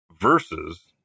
versus